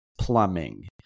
Plumbing